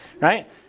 Right